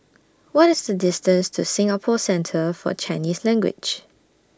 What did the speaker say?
What IS The distance to Singapore Centre For Chinese Language